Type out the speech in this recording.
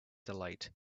delight